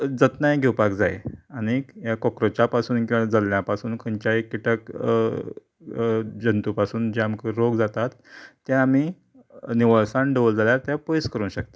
जत् जतनाय घेवपाक जाय आनी ह्या काॅकरोच्या पासून किंवां जल्ल्यां पासून खंयच्याय किटक जंतू पासून जे आमकां रोग जातात ते आमी निवळसाण दवरले जाल्यार ते पयस करूंक शकतात